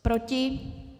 Proti?